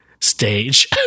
stage